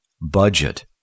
budget